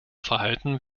verhalten